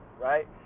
right